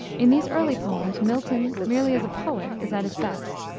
in these early poems, milton, merely as a poet, is at his best.